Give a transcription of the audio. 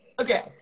okay